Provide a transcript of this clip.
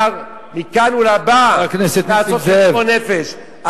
אפשר מכאן ולהבא לעשות חשבון נפש,